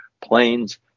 planes